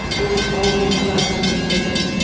it was always about something bigger